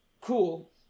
Cool